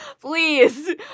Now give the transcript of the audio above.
please